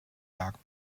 dark